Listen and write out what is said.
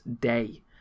day